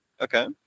Okay